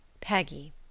Peggy